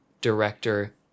director